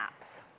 apps